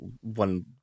one